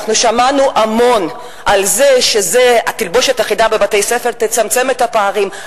אנחנו שמענו המון על זה שהתלבושת האחידה בבתי-הספר תצמצם את הפערים,